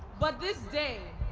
but this day,